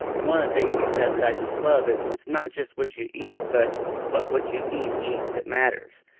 and one of the things you said that i just love is, it's not just what you eat, but what what you eat eats that matters.